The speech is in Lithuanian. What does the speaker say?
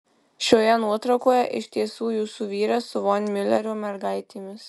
šioje nuotraukoje iš tiesų jūsų vyras su von miulerio mergaitėmis